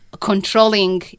controlling